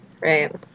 right